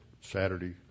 Saturday